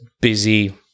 busy